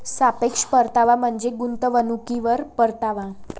सापेक्ष परतावा म्हणजे गुंतवणुकीवर परतावा